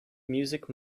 music